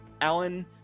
Alan